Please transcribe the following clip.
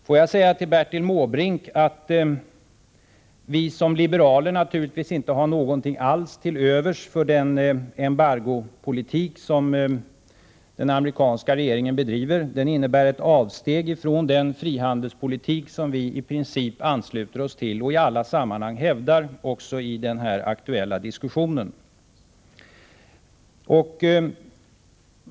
Får jag säga till Bertil Måbrink att vi som liberaler naturligtvis inte har någonting alls till övers för den embargopolitik som den amerikanska regeringen bedriver. Den innebär ett avsteg från den frihandelspolitik som vi i princip ansluter oss till och i alla sammanhang hävdar i den aktuella diskussionen.